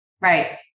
Right